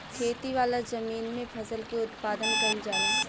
खेती वाला जमीन में फसल के उत्पादन कईल जाला